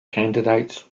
candidates